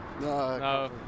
No